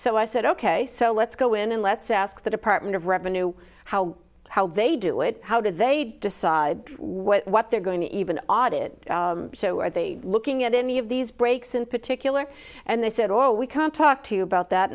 so i said ok so let's go in and let's ask the department of revenue how how they do it how do they decide what they're going even audit so are they looking at any of these breaks in particular and they said oh we can't talk to you about that